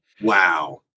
Wow